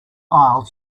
aisle